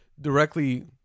directly